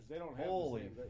Holy